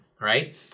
right